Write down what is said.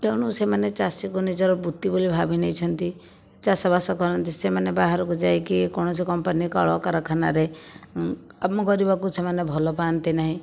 ତେଣୁ ସେମାନେ ଚାଷୀକୁ ନିଜର ବୃତ୍ତି ବୋଲି ଭାବି ନେଇଛନ୍ତି ଚାଷ ବାସ କରନ୍ତି ସେମାନେ ବାହାରକୁ ଯାଇକି କୌଣସି କମ୍ପାନୀ କଳ କାରଖାନାରେ କାମ କରିବାକୁ ସେମାନେ ଭଲ ପାଆନ୍ତି ନାହିଁ